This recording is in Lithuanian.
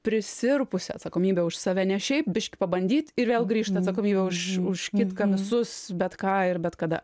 prisirpusią atsakomybę už save ne šiaip biški pabandyt ir vėl grįžta atsakomybė už už kitką visus bet ką ir bet kada